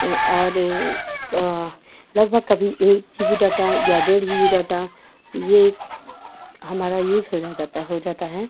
या और तो लगभग कभी एक जीबी डाटा या डेढ़ जीबी डाटा यह हमारा यूज़ हो जाता हो जाता है